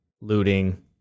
looting